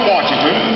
Washington